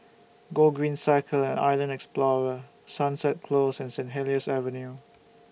Gogreen Cycle and Island Explorer Sunset Close and Saint Helier's Avenue